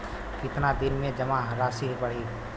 कितना दिन में जमा राशि बढ़ी?